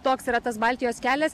toks yra tas baltijos kelias